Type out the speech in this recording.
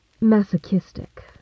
masochistic